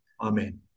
Amen